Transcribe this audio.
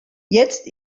jetzt